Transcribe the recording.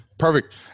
Perfect